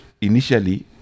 initially